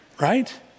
Right